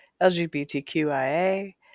LGBTQIA